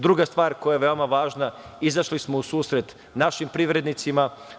Druga stvar, koja je veoma važna, izašli smo u susret našim privrednicima.